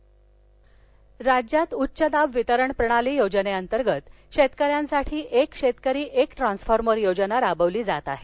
ऊर्जा राज्यात उच्च दाब वितरण प्रणाली योजनेअंतर्गत शेतकऱ्यांसाठी एक शेतकरी एक ट्रान्सफॉर्मर योजना राबवली जात आहे